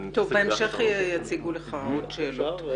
טוב, תכף יציגו לך עוד שאלות.